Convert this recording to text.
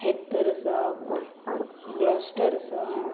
hectare आसा गो Gloster आसा